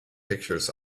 pictures